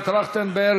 לא הבחנתי בך.